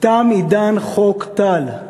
תם עידן חוק טל.